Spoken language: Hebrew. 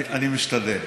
אני משתדל.